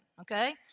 okay